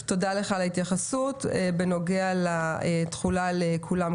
תודה לך על ההתייחסות בנוגע לתחולה על כולם.